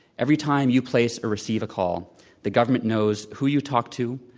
every time you place or receive a call the government knows who you talked to,